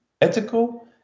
ethical